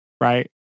right